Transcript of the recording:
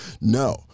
No